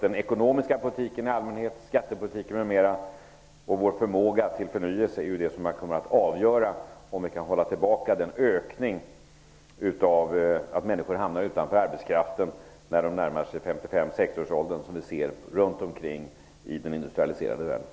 Den ekonomiska politiken i allmänhet, skattepolitiken m.m. och vår förmåga till förnyelse är det som kommer att avgöra om vi kan hålla tillbaka den ökning som sker av antalet människor som hamnar utanför arbetsmarknaden när de närmar sig 55--60-årsåldern. Vi ser ju i dag en sådan ökning runt omkring oss i den industrialiserade världen.